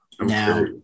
Now